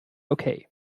okay